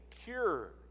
cure